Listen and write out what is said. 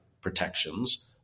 protections